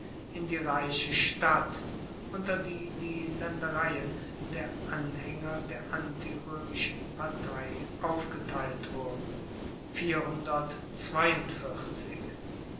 in die reiche stadt unter die die laendereien der anhaenger der antiroemischen partei ausgeteilt wurden